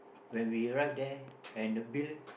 when we run there when the bill